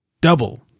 double